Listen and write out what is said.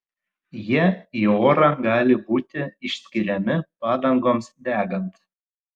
jie į orą gali būti išskiriami padangoms degant